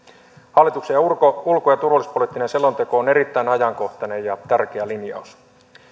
hallituksen ulko ulko ja turvallisuuspoliittinen selonteko on erittäin ajankohtainen ja tärkeä linjaus